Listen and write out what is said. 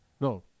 No